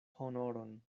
honoron